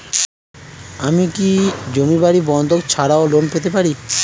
আমি কি জমি বাড়ি বন্ধক ছাড়াই লোন পেতে পারি?